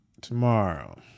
tomorrow